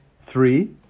Three